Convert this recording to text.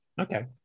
Okay